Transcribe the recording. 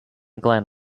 glen